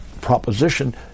proposition